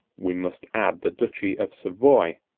we must add the duchy of savoy,